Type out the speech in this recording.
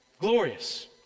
Glorious